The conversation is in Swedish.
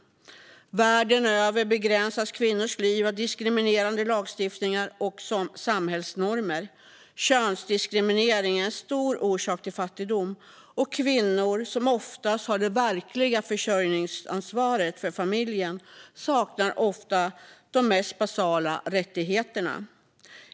Världen över begränsas kvinnors liv av diskriminerande lagstiftningar och samhällsnormer. Könsdiskriminering är en stor orsak till fattigdom. Och kvinnor, som oftast har det verkliga försörjningsansvaret för familjen, saknar ofta de mest basala rättigheterna.